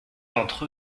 d’entre